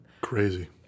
crazy